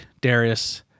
Darius